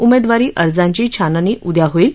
उमेदवारी अर्जांची छाननी उद्या होईल